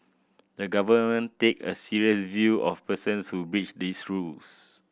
the Government take a serious view of persons who breach these rules